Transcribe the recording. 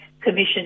Commission